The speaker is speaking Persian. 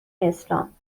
اسلام